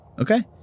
Okay